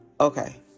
okay